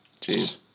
Jeez